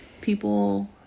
people